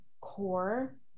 core